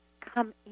come